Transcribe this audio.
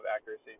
accuracy